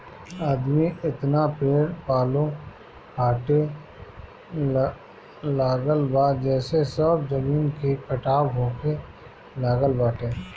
आदमी एतना पेड़ पालो काटे लागल बा जेसे सब जमीन के कटाव होखे लागल बाटे